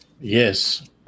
Yes